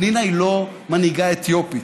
פנינה היא לא מנהיגה אתיופית,